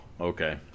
okay